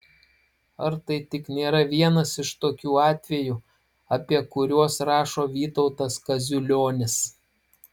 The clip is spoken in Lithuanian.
ar tai tik nėra vienas iš tokių atvejų apie kuriuos rašo vytautas kaziulionis